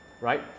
right